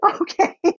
Okay